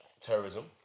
terrorism